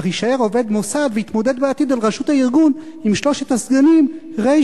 אך יישאר עובד מוסד ויתמודד בעתיד על ראשות הארגון עם שלושת הסגנים ר',